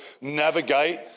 navigate